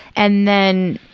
and then,